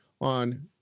on